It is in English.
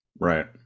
Right